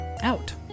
out